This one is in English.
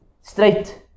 straight